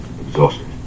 Exhausted